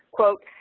quote,